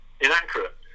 inaccurate